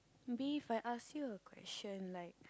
maybe If I ask you a question like